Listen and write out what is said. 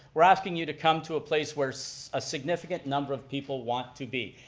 we're asking you to come to a place where so a significant number of people want to be.